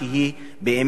ממשלת מדינת המתנחלים.